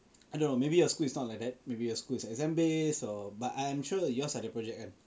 I don't know maybe your school is not like that maybe your school is exam based or but I am sure yours ada project kan